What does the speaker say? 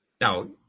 Now